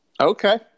Okay